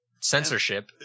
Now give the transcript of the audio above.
censorship